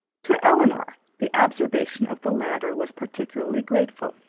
to elinor, the observation of the latter was particularly grateful.